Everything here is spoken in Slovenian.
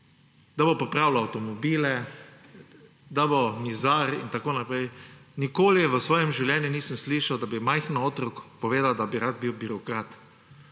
da bo popravljal avtomobile, da bo mizar in tako naprej. Nikoli v svojem življenju nisem slišal, da bi majhen otrok povedal, da bi rad bil birokrat.